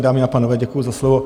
Dámy a pánové, děkuji za slovo.